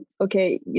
okay